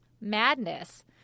madness